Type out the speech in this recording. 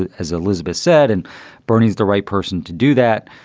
as elizabeth said, and bernie's the right person to do that.